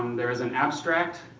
there is an abstract.